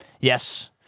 Yes